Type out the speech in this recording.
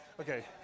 Okay